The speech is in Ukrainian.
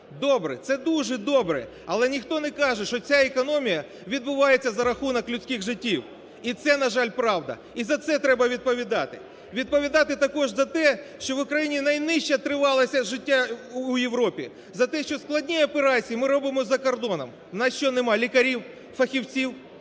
Добре! Це дуже добре! Але ніхто не каже, що ця економія відбувається за рахунок людських життів. І це, на жаль, правда, і за це треба відповідати. Відповідати також за те, що в Україні найнижча тривалість життя в Європі, за те, що складні операції ми робимо за кордоном – в нас що, нема лікарів, фахівців?